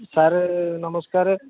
sir ନମସ୍କାର୍